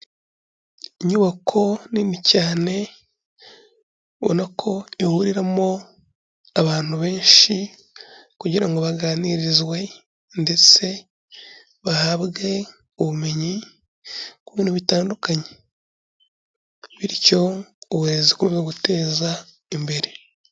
Inyubako nini cyane, ubona ko ihuriramo abantu benshi kugira ngo baganirizwe ndetse bahabwe ubumenyi ku bintu bitandukanye, bityo uburezi bukomezwe gutezwa imbere.